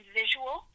visual